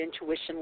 Intuition